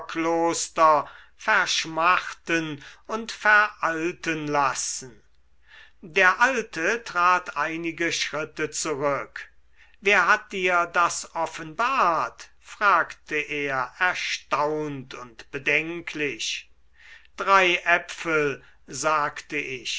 zauberkloster verschmachten und veralten lassen der alte trat einige schritte zurück wer hat dir das offenbart fragte er erstaunt und bedenklich drei äpfel sagte ich